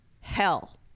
Hell